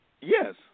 Yes